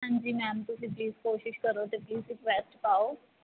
ਹਾਂਜੀ ਮੈਮ ਤੁਸੀਂ ਪਲੀਜ਼ ਕੋਸ਼ਿਸ਼ ਕਰੋ ਤੇ ਪਲੀਜ਼ ਰਿਕਵੈਸਟ ਪਾਓ